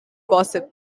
gossip